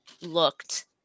looked